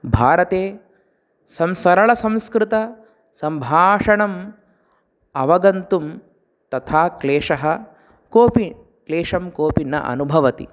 भारते सं सरलसंस्कृतसम्भाषणम् अवगन्तुं तथा क्लेशः कोऽपि क्लेशं कोऽपि न अनुभवति